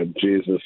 Jesus